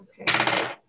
Okay